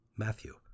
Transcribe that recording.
Matthew